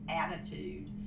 attitude